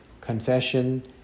confession